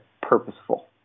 purposeful